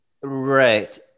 right